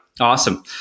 Awesome